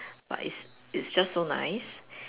but it's it's just so nice